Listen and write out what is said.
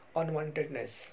unwantedness